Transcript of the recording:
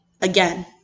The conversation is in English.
again